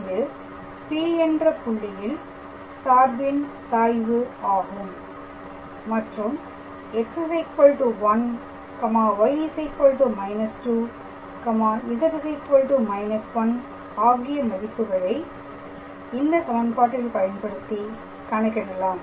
இது P என்ற புள்ளியில் சார்பின் சாய்வு ஆகும் மற்றும் x 1y −2z −1 ஆகிய மதிப்புகளை இந்த சமன்பாட்டில் பயன்படுத்தி கணக்கிடலாம்